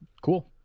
cool